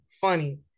funny